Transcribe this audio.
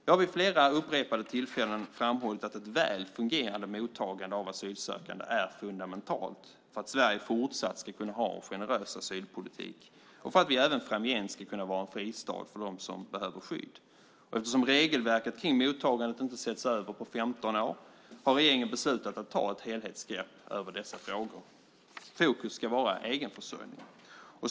Jag har vid flera upprepade tillfällen framhållit att ett väl fungerande mottagande av asylsökande är fundamentalt för att Sverige fortsatt ska kunna ha en generös asylpolitik och för att vi även framgent ska kunna vara en fristad för dem som behöver skydd. Eftersom regelverket kring mottagandet inte har setts över på 15 år har regeringen beslutat att ta ett helhetsgrepp över dessa frågor. Fokus ska vara egenförsörjning.